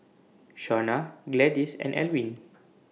Shauna Gladyce and Alwin